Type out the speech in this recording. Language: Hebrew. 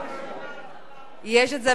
עוד אפשר להשתמש בזה במערכת בחירות.